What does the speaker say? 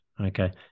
Okay